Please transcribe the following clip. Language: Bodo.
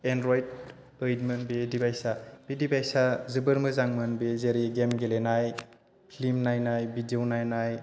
एनद्रयथ ओइथमोन बे दिभाइसआ बे दिभाइसआ जोबोर मोजांमोन जेरै गेम गेलेनाय फ्लिम नायनाय भिदिअ नायनाय